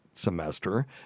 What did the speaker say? semester